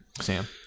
Sam